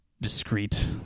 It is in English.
discreet